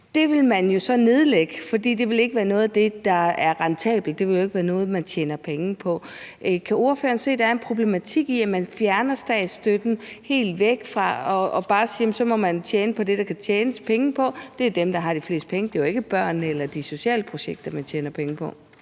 det ville være noget af det, der ikke er rentabelt. Det ville jo ikke være noget, man tjener penge på. Kan ordføreren se, at der er en problematik i, at man fjerner statsstøtten, tager den helt væk og bare siger, at så må man tjene på det, der kan tjenes penge på? Det er dem, der har flest penge; det er jo ikke børnene eller de sociale projekter, man tjener penge på.